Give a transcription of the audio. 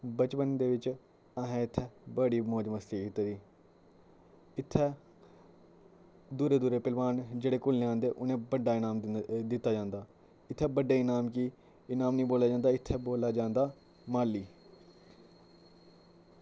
बचपन दे विच असैं इत्थैं बड़ी मौज मस्ती कीती दी इत्थै दूरे दूरे पैह्लवान जेह्ड़े घुलने आंदे उनें बड्डा इनाम दित्ता जंदा इत्थै बड्डे इनाम कि इनाम निं बोला जंदा इत्थै बोला जंदा माल्ली